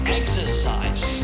exercise